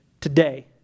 today